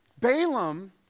Balaam